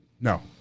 No